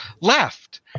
left